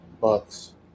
Bucks